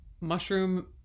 mushroom